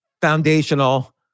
foundational